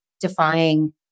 defying